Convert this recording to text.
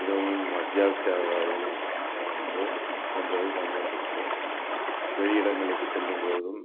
மிகவும் அத்யாவசிமானதாகவும் ஒன்று என்பதை நான் உணர்ந்துக் கொண்டேன் வெளியிடங்களுக்கு செல்லும்போதும்